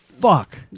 fuck